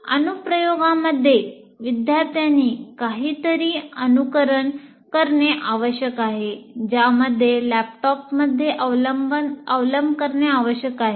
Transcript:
अनुप्रयोगामध्ये विद्यार्थ्यांनी काहीतरी अनुकरण करणे आवश्यक आहे ज्यासाठी लॅपटॉपमध्ये अवलंब करणे आवश्यक आहे